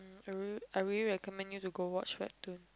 mm I rea~ I really recommend you to go watch Webtoon